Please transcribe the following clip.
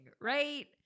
Right